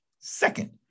Second